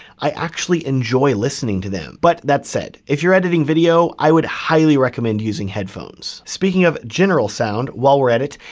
i actually enjoy listening to them. but that said, if you're editing video i would highly recommend using headphones. speaking of general sound while we're at it,